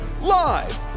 Live